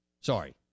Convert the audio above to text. Sorry